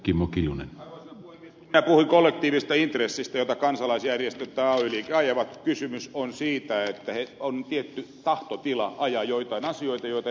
kun minä puhuin kollektiivisesta intressistä jota kansalaisjärjestöt tai ay liike ajavat kysymys on siitä että on tietty tahtotila ajaa joitain asioita joihin muun muassa ed